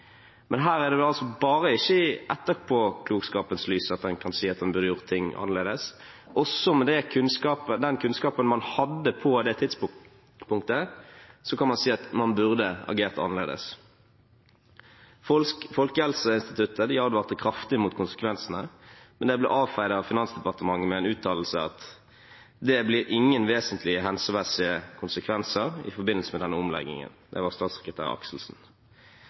Men her er det ikke bare i etterpåklokskapens lys man kan si at man burde gjort ting annerledes. Også med den kunnskapen man hadde på det tidspunktet, kan man si at man burde agert annerledes. Folkehelseinstituttet advarte kraftig mot konsekvensene, men det ble avfeid av Finansdepartementet med uttalelsen: «Det blir ingen vesentlige helsemessige konsekvenser i forbindelse med denne omleggingen.» Det var statssekretær